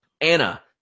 Anna